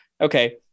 Okay